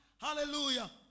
Hallelujah